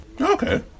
okay